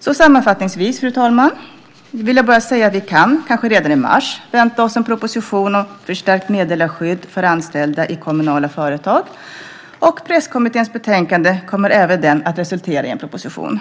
Sammanfattningsvis, fru talman, vill jag säga att vi kanske redan i mars kan vänta oss en proposition om förstärkt meddelarskydd för anställda i kommunala företag, och Presskommitténs betänkande kommer även det att resultera i en proposition.